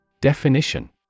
Definition